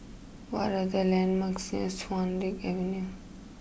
what are the landmarks near Swan Lake Avenue